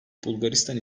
bulgaristan